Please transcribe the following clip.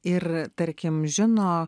ir tarkim žino